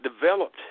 developed